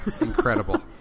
incredible